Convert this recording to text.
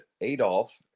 Adolf